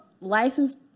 licensed